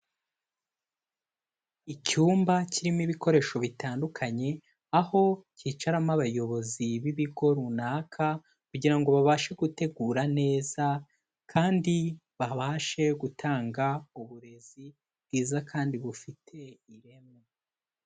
Icyumba kirimo ibikoresho bitandukanye, aho cyicaramo abayobozi b'ibigo runaka kugira ngo babashe gutegura neza kandi babashe gutanga uburezi bwiza kandi bufite ireme.